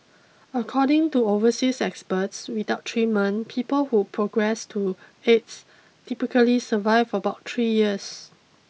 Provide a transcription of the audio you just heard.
according to overseas experts without treatment people who progress to AIDS typically survive about three years